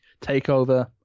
takeover